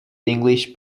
english